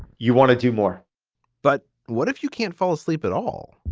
you want to do more but what if you can't fall asleep at all?